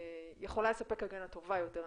יכולה לספק הגנה טובה יותר,